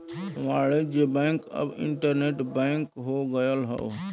वाणिज्य बैंक अब internet bank हो गयल हौ